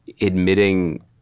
admitting